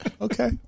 Okay